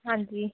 ਹਾਂਜੀ